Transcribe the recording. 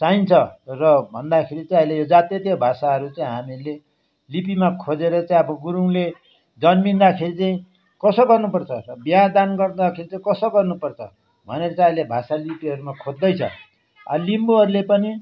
चाहिन्छ र भन्दाखेरि चाहिँ अहिले यो जातीत्य भाषाहरू चाहिँ हामीले लिपिमा खोजेर चाहिँ अब गुरुङले जन्मिँदाखेरि चाहिँ कसो गर्नुपर्छ त बिहादान गर्दाखेरि चाहिँ कसो गर्नुपर्छ भनेर चाहिँ अहिले भाषा लिपिहरूमा खोज्दैछ लिम्बूहरूले पनि